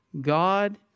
God